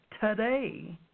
today